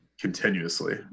continuously